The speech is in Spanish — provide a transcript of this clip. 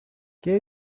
qué